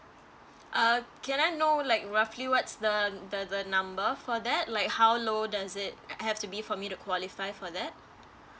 uh can I know like roughly what's the the the number for that like how low does it have to be for me to qualify for that